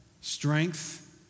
strength